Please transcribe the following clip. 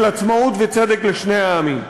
של עצמאות וצדק לשני העמים.